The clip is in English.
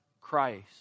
Christ